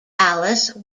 alice